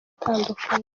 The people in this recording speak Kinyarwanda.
itandukanye